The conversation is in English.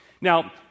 Now